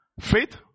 faith